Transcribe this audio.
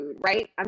right